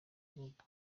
bihugu